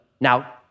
now